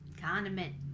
Condiment